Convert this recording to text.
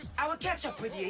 i will catch up with